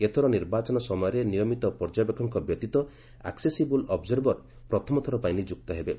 ଏଥର ନିର୍ବାଚନ ସମୟରେ ନିୟମିତ ପର୍ଯ୍ୟବେକ୍ଷଙ୍କ ବ୍ୟତୀତ ଆକ୍କେସିବୁଲ୍ ଅବ୍ଜରବର୍ ପ୍ରଥମଥର ପାଇଁ ନିଯୁକ୍ତ ହେବେ